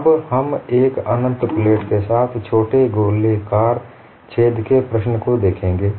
अब हम एक अनंत प्लेट के साथ छोटे गोलेकार छेद के प्रश्न को देखेंगे